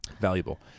valuable